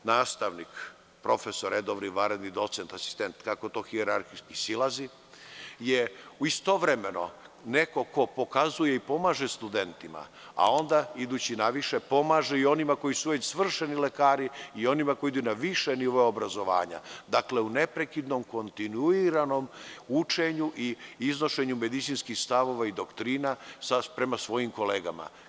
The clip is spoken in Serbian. Nastavnik, profesor redovni, vanredni, docent, asistent, kako hijerarhijski silazi je u istovremeno neko ko pokazuje i pomaže studentima, a onda idući naviše pomaže i onima koji su svršeni lekari i onima koji idu na više nivoe obrazovanja, dakle u neprekidnom kontinuiranom učenju i iznošenju medicinskih stavova i doktrina prema svojim kolegama.